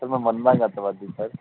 sir ਮੈਂ ਮੰਨਦਾ ਗਾ ਤੁਹਾਡੀ ਸਰ